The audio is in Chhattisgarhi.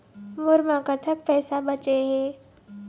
मोर म कतक पैसा बचे हे?